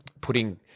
putting –